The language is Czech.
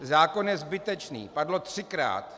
Zákon je zbytečný padlo třikrát.